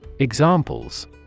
Examples